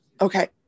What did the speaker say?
Okay